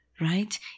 right